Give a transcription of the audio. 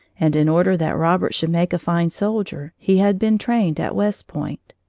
and in order that robert should make a fine soldier, he had been trained at west point.